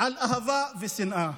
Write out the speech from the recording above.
על אהבה ושנאה: